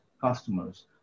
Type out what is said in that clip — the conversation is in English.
customers